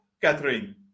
Catherine